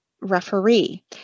referee